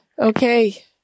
Okay